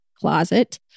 closet